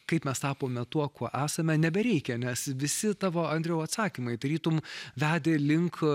kaip mes tapome tuo kuo esame nebereikia nes visi tavo andriau atsakymai tarytum vedė link